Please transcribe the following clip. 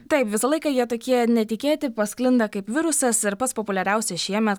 taip visą laiką jie tokie netikėti pasklinda kaip virusas ir pats populiariausias šiemet